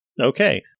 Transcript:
okay